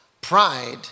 pride